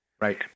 Right